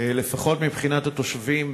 לפחות מבחינת התושבים,